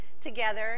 together